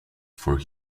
for